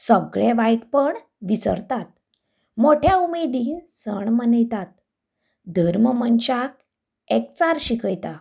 सगळें वायटपण विसरतात मोठ्या उमेदीन सण मनयतात धर्म मनशाक एकचार शिकयता